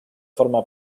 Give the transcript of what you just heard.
forma